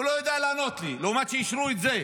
הוא לא ידע לענות לי למרות שאישרו את זה,